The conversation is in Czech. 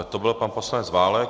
To byl pan poslanec Válek.